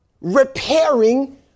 repairing